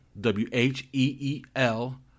W-H-E-E-L